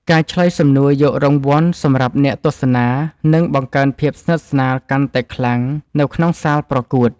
ការឆ្លើយសំណួរយករង្វាន់សម្រាប់អ្នកទស្សនានឹងបង្កើនភាពស្និទ្ធស្នាលកាន់តែខ្លាំងនៅក្នុងសាលប្រកួត។